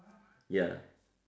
ya